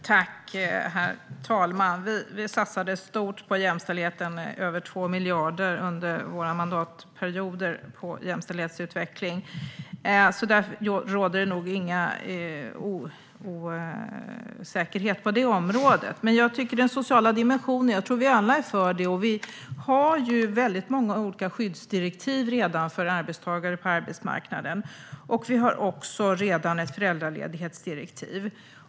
Herr talman! Vi satsade stort på jämställdhetsutveckling - över 2 miljarder - under den borgerliga regeringstiden. Det råder nog ingen osäkerhet på det området. Jag tror att vi alla är för den sociala dimensionen. Vi har redan väldigt många olika skyddsdirektiv för arbetstagare på arbetsmarknaden. Vi har också redan ett föräldraledighetsdirektiv.